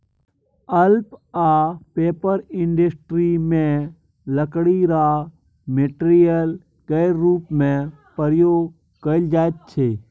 pulp आ paper industry मे लकड़ी राँ मेटेरियल केर रुप मे प्रयोग कएल जाइत छै